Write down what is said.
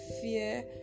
fear